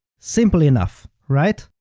simple enough, right?